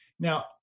Now